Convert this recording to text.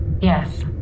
Yes